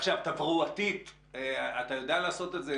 תברואתית אתה יודע לעשות את זה?